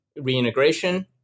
reintegration